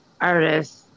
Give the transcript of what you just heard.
artist